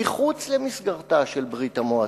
מחוץ למסגרתה של ברית-המועצות,